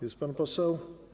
Jest pan poseł?